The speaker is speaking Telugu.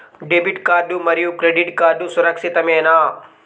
డెబిట్ కార్డ్ మరియు క్రెడిట్ కార్డ్ సురక్షితమేనా?